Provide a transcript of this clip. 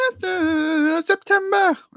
September